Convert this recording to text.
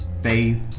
faith